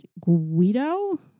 Guido